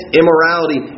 immorality